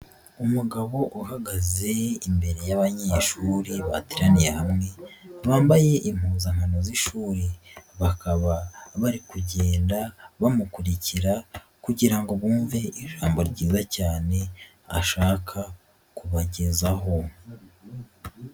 Umugabo uhagaze imbere y'abanyeshuri bateraniye hamwe bambaye impuzankano z'ishuri, bakaba bari kugenda bamukurikira kugira ngo bumve ijambo ryiza cyane ashaka kubagezaho.